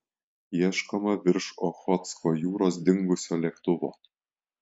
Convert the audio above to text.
ieškoma virš ochotsko jūros dingusio lėktuvo